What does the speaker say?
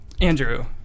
Andrew